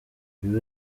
buri